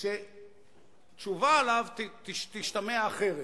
שתשובה עליה תשתמע אחרת.